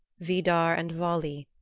vidar and vali,